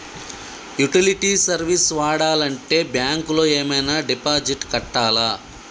Utility service వాడాలంటే bank లో ఏమైనా డిపాజిట్ కట్టాలా?